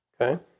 Okay